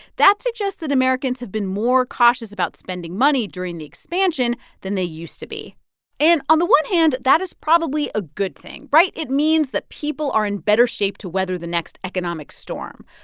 that suggests that americans have been more cautious about spending money during the expansion than they used to be and on the one hand, that is probably a good thing, right? it means that people are in better shape to weather the next economic storm.